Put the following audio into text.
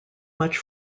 much